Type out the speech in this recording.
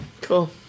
Cool